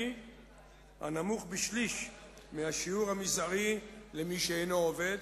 הנמוך בשליש מהשיעור המזערי למי שאינו עובד,